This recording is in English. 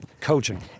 coaching